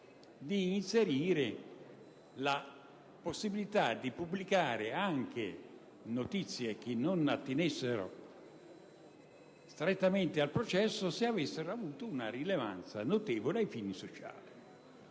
di inserire la possibilità di pubblicare anche notizie che non attenessero strettamente al processo se avessero avuto una rilevanza notevole ai fini sociali.